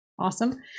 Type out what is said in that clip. Awesome